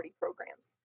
programs